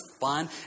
fun